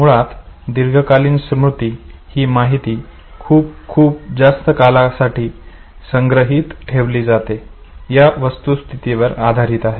मुळात दीर्घकालीन स्मृती ही माहिती खूप खूप जास्त काळासाठी संग्रहित ठेवली जाते या वस्तुस्थितीवर आधारित आहे